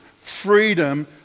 freedom